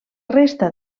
resta